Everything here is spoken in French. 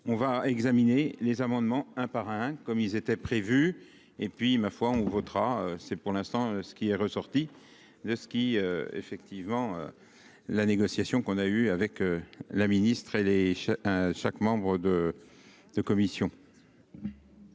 on va examiner les amendements un par un, comme il était prévu et puis ma foi on votera, c'est pour l'instant, ce qui est ressorti de ski effectivement la négociation qu'on a eue avec. La ministre et les 5 membres de de commission.